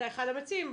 אתה אחד המציעים.